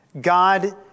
God